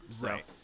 Right